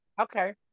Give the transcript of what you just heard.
okay